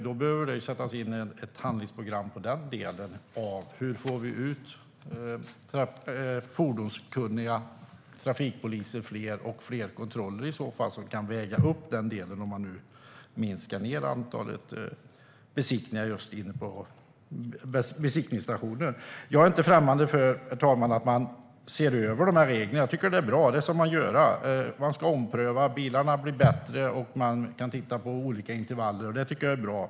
Då behöver det sättas in ett handlingsprogram för hur vi kan få ut fler fordonskunniga trafikpoliser och fler kontroller som kan väga upp en minskning av antalet besiktningar på besiktningsstationer. Herr talman! Jag är inte främmande för att man ser över de här reglerna. Det är bra, och det ska man göra. Man ska ompröva reglerna. Bilarna blir bättre, och man kan titta på olika intervaller. Det tycker jag är bra.